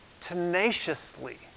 tenaciously